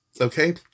Okay